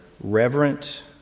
reverent